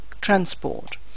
transport